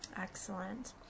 Excellent